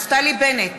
אינו נוכח נפתלי בנט,